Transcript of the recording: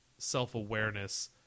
self-awareness